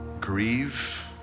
Grieve